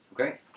Okay